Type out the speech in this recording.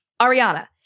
Ariana